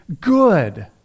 good